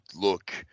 look